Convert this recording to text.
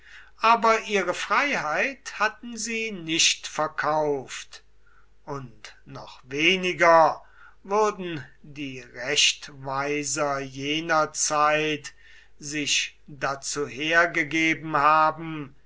aber ihre freiheit hatten sie nicht verkauft und noch weniger würden die rechtweiser jener zeit sich dazu hergegeben haben